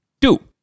two